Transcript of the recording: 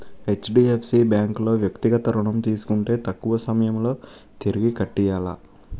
HDFC bank లో వ్యక్తిగత ఋణం తీసుకుంటే తక్కువ సమయంలో తిరిగి కట్టియ్యాల